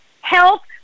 health